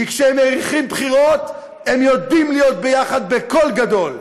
כי כשהם מריחים בחירות הם יודעים להיות יחד בקול גדול,